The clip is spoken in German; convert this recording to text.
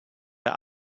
der